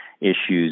issues